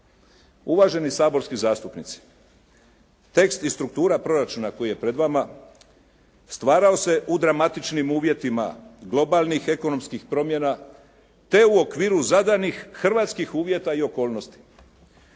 Uvaženi saborski zastupnici. Tekst i struktura proračuna koji je pred vama stvarao se u dramatičnim uvjetima globalnih ekonomskih promjena te u okviru zadanih hrvatskih uvjeta i okolnosti.